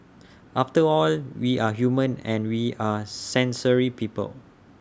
after all we are human and we are sensory people